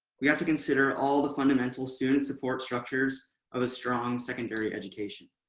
we have to consider all the fundamental student support structures of a strong secondary education.